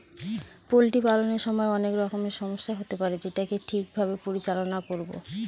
poultry পালনের সময় অনেক রকমের সমস্যা হতে পারে যেটাকে ঠিক ভাবে পরিচালনা করবো